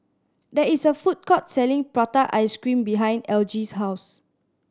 there is a food court selling prata ice cream behind Elgie's house